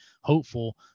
hopeful